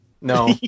No